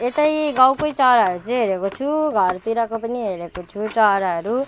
यतै गाउँकै चराहरू चाहिँ हेरेको छु घरतिरको पनि हेरेको छु चराहरू